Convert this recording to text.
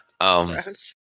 Gross